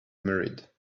married